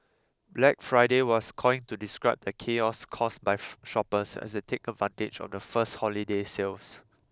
Black Friday was coined to describe the chaos caused by shoppers as they take advantage of the first holiday sales